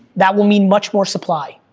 that will mean much more supply,